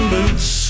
Boots